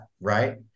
right